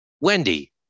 Wendy